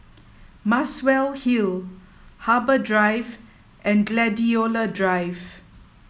Muswell Hill Harbour Drive and Gladiola Drive